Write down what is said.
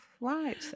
right